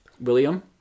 William